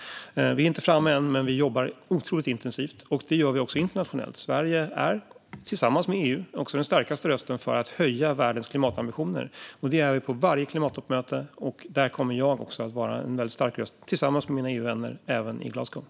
Vi är inte framme än, men vi jobbar otroligt intensivt. Det gör vi också internationellt. Sverige är tillsammans med EU den starkaste rösten för att höja världens klimatambitioner. Det är vi på varje klimattoppmöte, och jag kommer att vara en väldigt stark röst tillsammans med mina EU-vänner även i Glasgow.